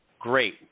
great